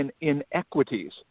inequities